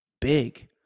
big